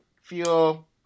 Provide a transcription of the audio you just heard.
fuel